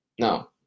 No